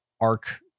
arc